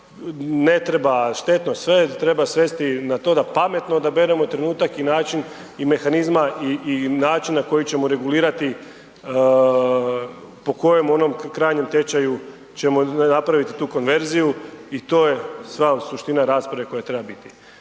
ne treba štetno sve, treba svesti na to da pametno odaberemo trenutak i način i mehanizma i, i način na koji ćemo regulirati po kojom onom krajnjem tečaju ćemo napravit tu konverziju i to je sva suština rasprave koja treba biti.